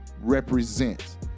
represents